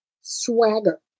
swagger